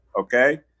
Okay